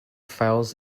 fails